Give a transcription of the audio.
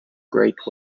great